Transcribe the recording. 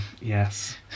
Yes